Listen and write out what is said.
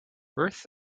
birth